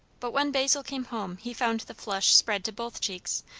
but when basil came home he found the flush spread to both cheeks,